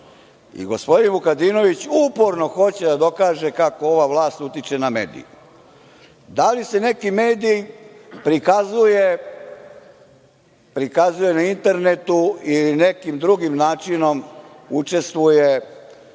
a gospodin Vukadinović uporno hoće da dokaže kako ova vlast utiče na medije. Da li se neki medij prikazuje na internetu ili nekim drugim načinom učestvuje